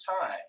time